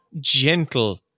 gentle